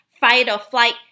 fight-or-flight